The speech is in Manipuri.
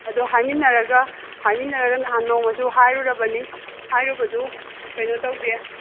ꯑꯗ ꯍꯥꯏꯃꯤꯟꯅꯔꯒ ꯍꯥꯏꯃꯤꯟꯅꯔꯒ ꯅꯍꯥꯟ ꯅꯣꯡꯃꯁꯨ ꯍꯥꯏꯔꯨꯔꯕꯅꯤ ꯍꯥꯏꯔꯨꯕꯗꯨ ꯀꯩꯅꯣ ꯇꯧꯗꯦ